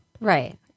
Right